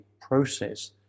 process